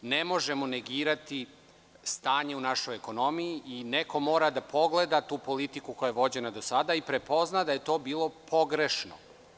Ne možemo negirati stanje u našoj ekonomiji i neko mora da pogleda tu politiku koja je vođena do sada i prepozna da je to bilo pogrešno.